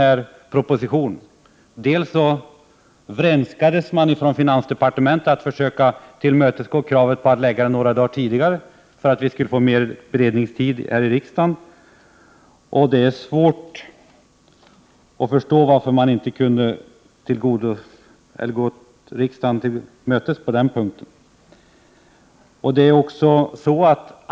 Från finansdepartementets sida vrenskades man. Det gällde ju att försöka tillmötesgå kravet på att förslaget skulle läggas fram några dagar tidigare för att riksdagen skulle få längre beredningstid. Det är svårt att förstå varför man inte kunde gå riksdagen till mötes på den punkten.